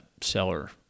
seller